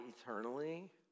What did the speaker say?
eternally